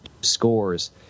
scores